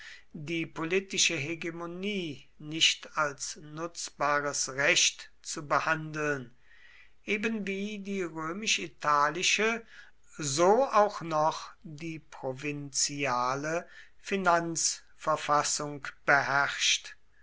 die politische hegemonie nicht als nutzbares recht zu behandeln ebenwie die römisch italische so auch noch die provinziale finanzverfassung beherrscht